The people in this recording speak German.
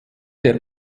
der